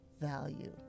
value